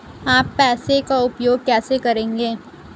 आप पैसे का उपयोग कैसे करेंगे?